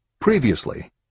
Previously